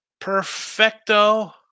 perfecto